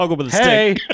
hey